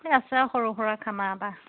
এ আছে সৰু সুৰা খানা এটা